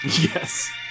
Yes